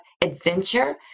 adventure